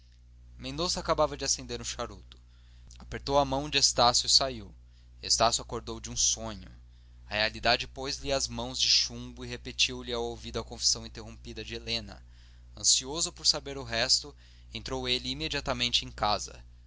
mendonça acabava de acender um charuto apertou a mão de estácio e saiu estácio acordou de um sonho a realidade pôs-lhe as mãos de chumbo e repetiu-lhe ao ouvido a confissão interrompida de helena ansioso por saber o resto entrou ele imediatamente em casa